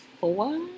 four